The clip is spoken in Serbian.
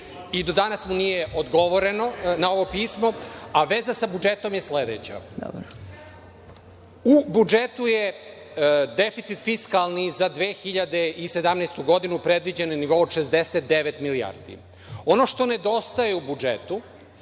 i do danas mu nije odgovoreno na ovo pismo, a veza sa budžetom je sledeća.U budžetu je deficit fiskalni za 2017. godinu predviđen na nivou od 69 milijardi. Ono što nedostaje u budžetu